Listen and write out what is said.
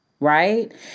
Right